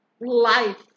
life